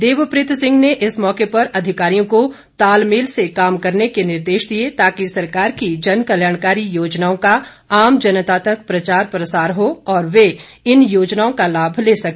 देवप्रीत सिंह ने इस मौके पर अधिकारियों को तालमेल से काम करने के निर्देश दिए ताकि सरकार की जनकल्याणकारी योजनाओं का आम जनता तक प्रचार प्रसार हो और वे इन योजनाओं का लाभ ले सके